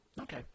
Okay